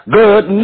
good